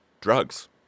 drugs